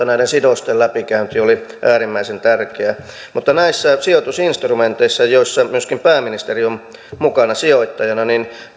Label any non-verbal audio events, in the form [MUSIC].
[UNINTELLIGIBLE] näiden sidosten läpikäynti oli äärimmäisen tärkeä mutta näissä sijoitusinstrumenteissa joissa myöskin pääministeri on mukana sijoittajana